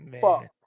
Fuck